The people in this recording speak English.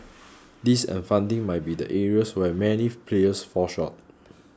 this and funding might be the areas where many players fall short